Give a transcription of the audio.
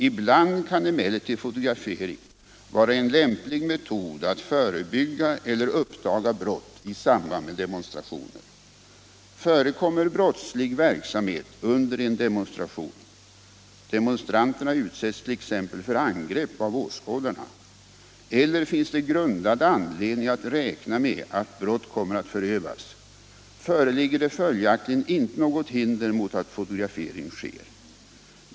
Ibland kan emellertid fotografering vara en lämplig metod att förebygga eller uppdaga brott i samband med demonstrationer. Förekommer brottslig verksamhet under en demonstration — demonstranterna utsätts t.ex. för angrepp av åskådarna — eller finns det grundad anledning att räkna med att brott kommer att förövas, föreligger det följaktligen inte något hinder mot att fotografering sker.